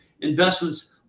investments